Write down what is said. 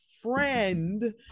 friend